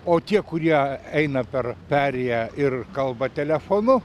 o tie kurie eina per perėją ir kalba telefonu